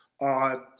on